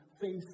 face